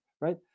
right